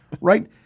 right